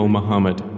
Muhammad